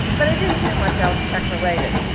but i didn't do much else tech-related.